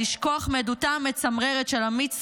לשכוח מעדותה המצמררת של עמית סוסנה,